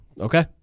Okay